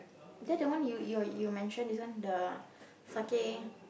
that the one you you're you mention is the one the sakae